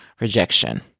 Rejection